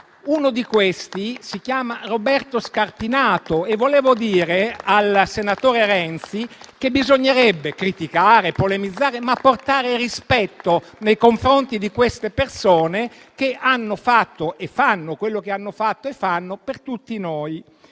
Uno di questi si chiama Roberto Scarpinato e vorrei dire al senatore Renzi che bisognerebbe criticare, polemizzare, ma portare rispetto nei confronti di queste persone per quello che fanno e hanno fatto per tutti noi.